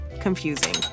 Confusing